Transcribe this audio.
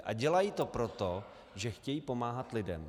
A dělají to proto, že chtějí pomáhat lidem.